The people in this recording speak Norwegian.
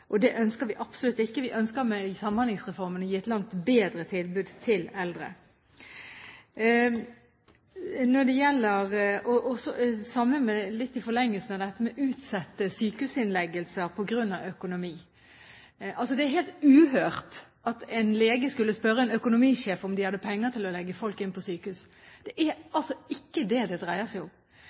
og det ønsker vi absolutt ikke. Vi ønsker med Samhandlingsreformen å gi et langt bedre tilbud til eldre. Litt i forlengelsen av dette med å utsette sykehusinnleggelser på grunn av økonomi: Det er helt uhørt om en lege skulle spørre en økonomisjef om de hadde penger til å legge folk inn på sykehus. Det er ikke det det dreier seg om.